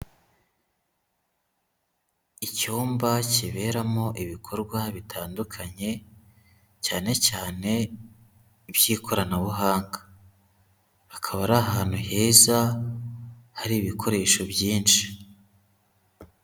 Icyumba kiberamo ibikorwa bitandukanye, cyane cyane iby'ikoranabuhanga. Akaba ari ahantu heza, hari ibikoresho byinshi.